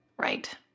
Right